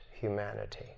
humanity